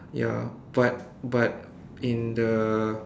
ya but but in the